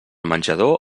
menjador